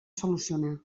solucionar